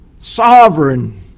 sovereign